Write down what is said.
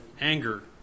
Anger